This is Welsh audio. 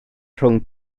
rhwng